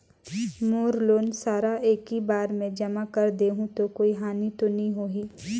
मोर loan सारा एकी बार मे जमा कर देहु तो कोई हानि तो नी होही?